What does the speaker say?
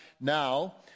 Now